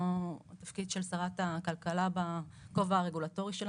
תפקיד של שרת הכלכלה בכובע הרגולטורי שלה.